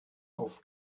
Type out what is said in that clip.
auf